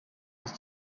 meza